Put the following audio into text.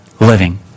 Living